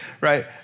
right